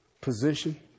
position